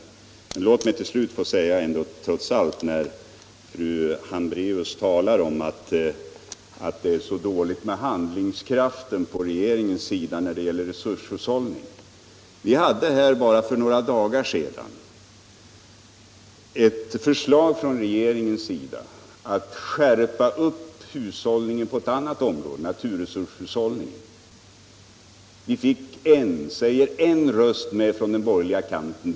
Men låt mig till slut ändå få säga, när fru Hambraeus talar om att det är så dåligt med handlingskraften på regeringens sida då det gäller resurshushållning: Vi hade här bara för några dagar sedan ett förslag från regeringen om att skärpa hushållningen på ett annat område, nämligen i fråga om naturresurshushållningen. Vi fick en, säger en, röst med från den borgerliga kanten.